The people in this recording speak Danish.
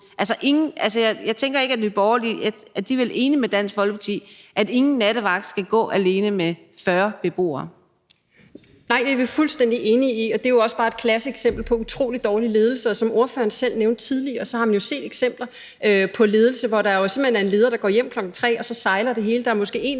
at ingen nattevagt skal gå alene med 40 beboere. Kl. 18:41 Anden næstformand (Pia Kjærsgaard): Værsgo. Kl. 18:42 Mette Thiesen (NB): Det er vi fuldstændig enige i, og det er jo også bare et klassisk eksempel på utrolig dårlig ledelse. Og som ordføreren selv nævnte tidligere, så har man jo set eksempler på ledelse, hvor der simpelt hen er en leder, der går hjem kl. 15, og så sejler det hele. Der er måske en